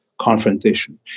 confrontation